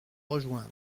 rejoindre